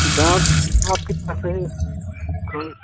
किताब आपके पास है हम